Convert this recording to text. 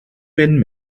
fynd